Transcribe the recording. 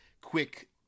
quick